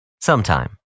sometime